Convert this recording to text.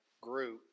group